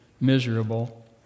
miserable